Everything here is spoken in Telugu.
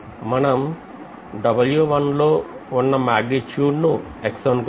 మనం W1 లో ఉన్న మాగ్నిట్యూడ్ ను X అనుకుందాం